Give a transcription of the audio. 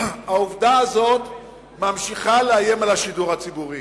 העובדה הזאת ממשיכה לאיים על השידור הציבורי.